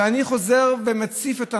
ואני חוזר ומציף את הנושא.